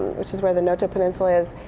which is where the noto peninsula is,